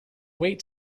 weight